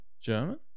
German